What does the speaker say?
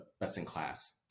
best-in-class